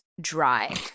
Dry